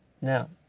Now